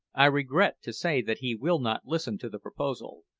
i regret to say that he will not listen to the proposal.